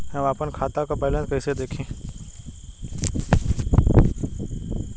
हम आपन खाता क बैलेंस कईसे देखी?